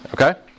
Okay